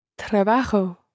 Trabajo